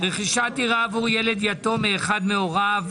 (רכישת דירה עבור ילד יתום מאחד מהוריו),